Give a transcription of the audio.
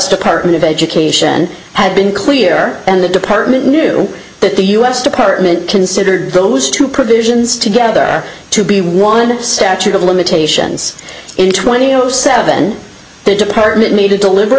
department of education had been clear and the department knew that the u s department considered those two provisions together to be one statute of limitations in twenty zero seven the department made a deliberate